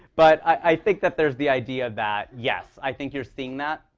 but i think that there's the idea that, yes, i think you're seeing that.